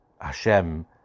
Hashem